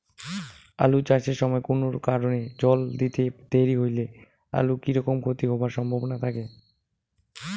আলু চাষ এর সময় কুনো কারণে জল দিতে দেরি হইলে আলুর কি রকম ক্ষতি হবার সম্ভবনা থাকে?